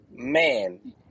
Man